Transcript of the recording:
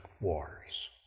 wars